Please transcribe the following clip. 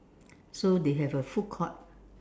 so they have a food court